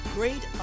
Great